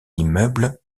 immeuble